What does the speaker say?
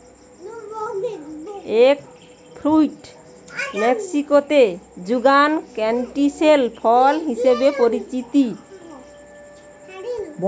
egg fruit মেক্সিকোতে যুগান canistel ফল হিসেবে পরিচিত